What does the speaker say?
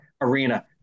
arena